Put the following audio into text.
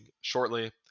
shortly